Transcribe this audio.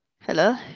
hello